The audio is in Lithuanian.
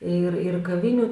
ir ir kavinių